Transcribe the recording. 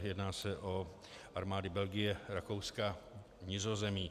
Jedná se o armády Belgie, Rakouska a Nizozemí.